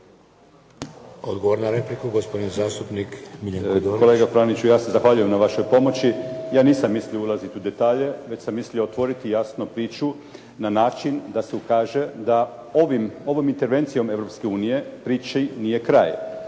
Odgovor na repliku gospodin zastupnik Miljenko Dorić. **Dorić, Miljenko (HNS)** Kolega Franiću, ja se zahvaljujem na vašoj pomoći. Ja nisam mislio ulaziti u detalje već sam mislio otvoriti jasno priču na način da se ukaže da ovom intervencijom Europske unije priči